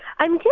i'm good.